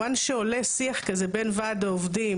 once שעולה שיח כזה בין ועד העובדים